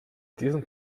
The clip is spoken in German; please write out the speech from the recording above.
diesem